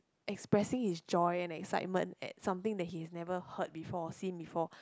expressing his joy and excitement at something that he's never heard before or seen before